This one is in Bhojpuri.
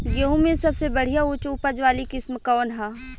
गेहूं में सबसे बढ़िया उच्च उपज वाली किस्म कौन ह?